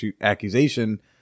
accusation